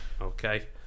okay